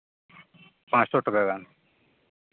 ᱯᱟᱸᱥᱥᱳ ᱴᱟᱠᱟ ᱜᱟᱱ